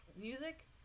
music